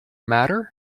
matter